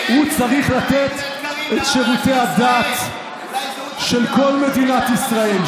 הרי הוא צריך לתת את שירותי הדת של כל מדינת ישראל.